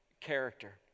character